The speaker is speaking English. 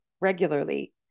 regularly